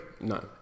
No